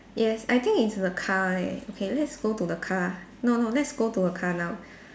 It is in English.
yes I think it's the car leh okay let's go to the car no no let's go to the car now